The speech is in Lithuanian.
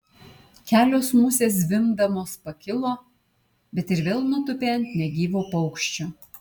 kelios musės zvimbdamos pakilo bet ir vėl nutūpė ant negyvo paukščio